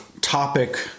topic